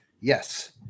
Yes